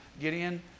Gideon